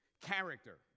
Character